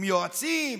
עם יועצים,